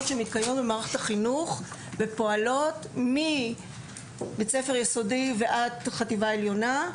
שמתקיימות במערכת החינוך ופועלות מבית הספר היסודי ועד החטיבה העליונה,